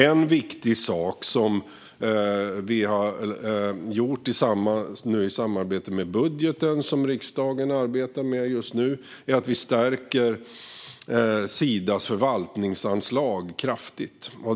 En viktig sak som vi har gjort i samband med den budget som riksdagen just nu arbetar med är att stärka Sidas förvaltningsanslag kraftigt.